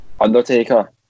Undertaker